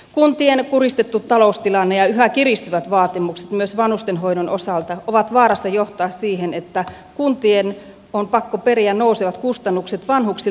kuntien kuristettu taloustilanne ja yhä kiristyvät vaatimukset myös vanhustenhoidon osalta ovat vaarassa johtaa siihen että kuntien on pakko periä nousevat kustannukset vanhuksilta itseltään